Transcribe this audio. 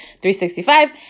365